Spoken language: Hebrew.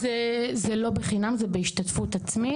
זה לא בחינם, זה בהשתתפות עצמית.